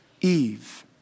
Eve